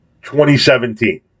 2017